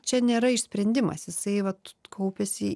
čia nėra išsprendimas jisai vat kaupėsi